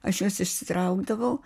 aš juos išsitraukdavau